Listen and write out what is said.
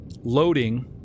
loading